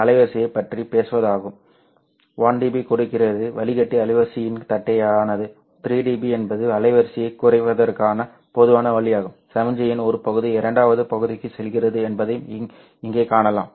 அலைவரிசையைப் பற்றி பேசுவதாகும் 1 dB கொடுக்கிறது வடிகட்டி அலைவரிசையின் தட்டையானது 3dB என்பது அலைவரிசையை குறிப்பிடுவதற்கான பொதுவான வழியாகும் சமிக்ஞையின் ஒரு பகுதி இரண்டாவது பகுதிக்குச் செல்கிறது என்பதையும் இங்கே காணலாம்